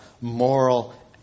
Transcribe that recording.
moral